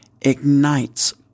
ignites